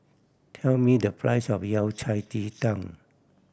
tell me the price of Yao Cai ji tang